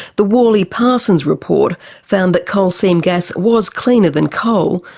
the worleyparsons report found that coal seam gas was cleaner than coal,